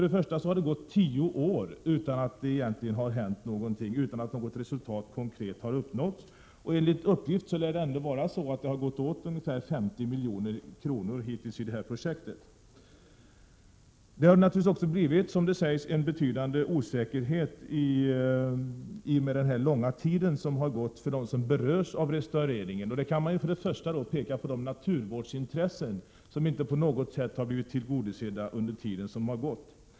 Det har nu gått tio år utan att någonting egentligen hänt eller något konkret resultat uppnåtts. Ändå lär det enligt uppgift ha gått åt 50 milj.kr. hittills i detta projekt. Det har naturligtvis också blivit en betydande osäkerhet för dem som berörs av denna restaurering i och med den långa tid som gått. Först och främst är det naturvårdsintressena som inte har blivit tillgodosedda under den tid som gått.